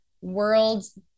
worlds